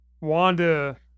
Wanda